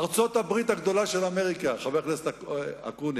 ארצות-הברית הגדולה של אמריקה, חבר הכנסת אקוניס,